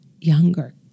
younger